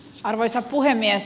arvoisa puhemies